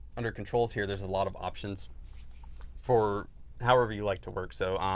under controls here, there's a lot of options for however you like to work. so,